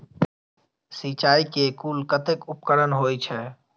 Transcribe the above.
सिंचाई के कुल कतेक उपकरण होई छै?